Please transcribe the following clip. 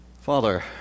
Father